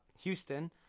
Houston